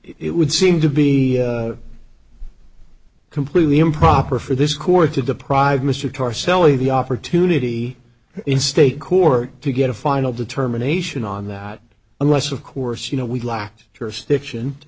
it would seem to be completely improper for this court to deprive mr torricelli the opportunity in state court to get a final determination on that unless of course you know we lacked jurisdiction to